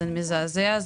זה מזעזע,